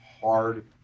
hard